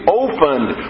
opened